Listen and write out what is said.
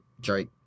Drake